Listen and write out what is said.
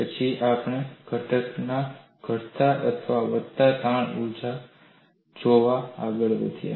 પછી આપણે ઘટક ના ઘટતા અથવા વધતા તાણની ઊર્જા જોવા આગળ વધ્યા